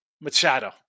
Machado